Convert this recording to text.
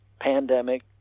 pandemic